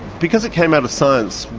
because it came out of science,